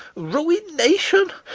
ruination!